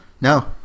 No